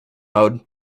mode